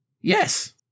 Yes